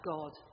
God